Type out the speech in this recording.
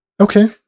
Okay